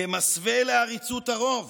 כמסווה לעריצות הרוב